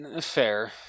Fair